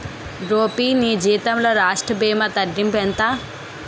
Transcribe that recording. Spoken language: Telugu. గోపీ నీ జీతంలో రాష్ట్ర భీమా తగ్గింపు ఎంత